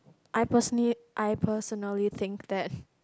I personally I personally think that